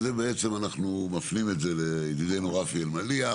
ואת זה בעצם אנחנו מפנים לידידינו רפי אלמליח